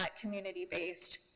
community-based